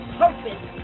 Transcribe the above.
purpose